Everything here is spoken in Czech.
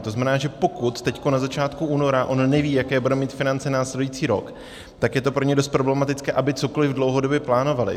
To znamená, že pokud teď na začátku února on neví, jaké bude mít finance následující rok, tak je to pro ně dost problematické, aby cokoliv dlouhodobě plánovali.